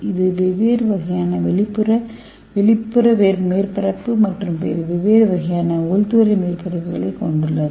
இது வெவ்வேறு வகையான வெளிப்புற மேற்பரப்பு மற்றும் வெவ்வேறு வகையான உள்துறை மேற்பரப்புகளைக் கொண்டுள்ளது